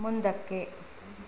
ಮುಂದಕ್ಕೆ